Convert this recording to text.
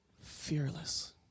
fearless